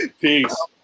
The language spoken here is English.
Peace